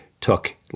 took